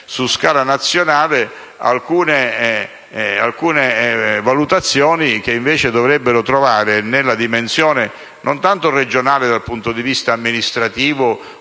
su scala nazionale, alcune valutazioni che invece dovrebbero trovare non tanto nella dimensione regionale, dal punto di vista amministrativo